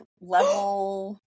level